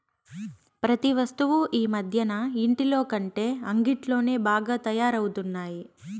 ప్రతి వస్తువు ఈ మధ్యన ఇంటిలోకంటే అంగిట్లోనే బాగా తయారవుతున్నాయి